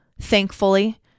thankfully